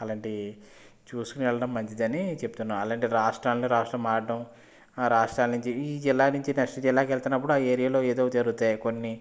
అలాంటివి చూసుకొని వెళ్ళడం మంచిదని చెప్తున్నాను అలాంటి రాష్ట్రాల్ని రాష్ట్రాలు మారడం ఆ రాష్ట్రాల నుంచి ఈ జిల్లా నుంచి నెక్స్ట్ జిల్లాకి వెళ్తునప్పుడు ఆ ఏరియాలో ఏదో జరుగుతాయి కొన్ని